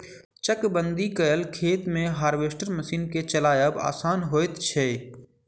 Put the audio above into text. चकबंदी कयल खेत मे हार्वेस्टर मशीन के चलायब आसान होइत छै